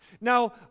Now